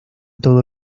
todos